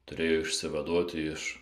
turėjo išsivaduoti iš